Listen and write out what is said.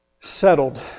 settled